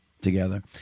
together